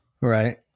right